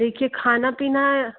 देखिए खाना पीना